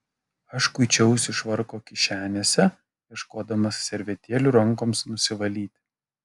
aš kuičiausi švarko kišenėse ieškodamas servetėlių rankoms nusivalyti